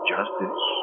Justice